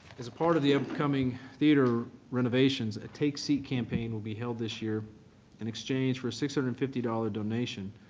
as a part of the upcoming theater renovations, a take a seat campaign will be held this year in exchange for a six hundred and fifty dollars donation.